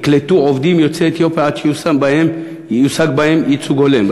יקלטו עובדים יוצאי אתיופיה עד שיושג בהם ייצוג הולם.